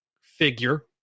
figure